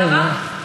הערה.